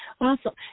Awesome